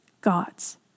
God's